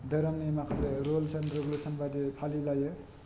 धोरोमनि माखासे rules and regulation बायदियै फालिलायो